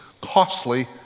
costly